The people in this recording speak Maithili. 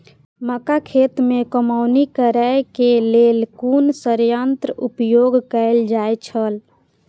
मक्का खेत में कमौनी करेय केय लेल कुन संयंत्र उपयोग कैल जाए छल?